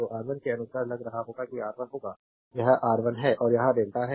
तो R1 के अनुसार लग रहा होगा कि R1 होगा यह R1 है और यह डेल्टा है